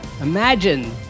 Imagine